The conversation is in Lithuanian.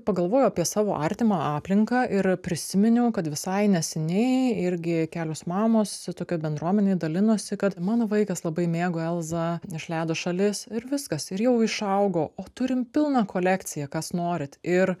pagalvojau apie savo artimą aplinką ir prisiminiau kad visai neseniai irgi kelios mamos tokioj bendruomenėj dalinosi kad mano vaikas labai mėgo elzą iš ledo šalis ir viskas ir jau išaugo o turim pilną kolekciją kas norit ir